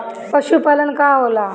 पशुपलन का होला?